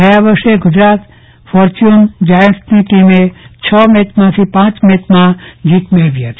ગયા વર્ષે ગુજરાત ફોર્ચ્યુન જાયન્ટ્સની ટીમે છ મેચ માંથી પાંચ મેચમાં જીત મેળવી હતી